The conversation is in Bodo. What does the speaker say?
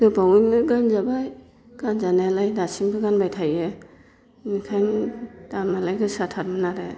गोबावैनो गानजाबाय गानजानायालाय दासिमबो गानबाय थायो बेनिखायनो दामालाय गोसाथारमोन आरो